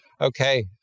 Okay